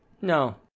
No